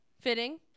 fitting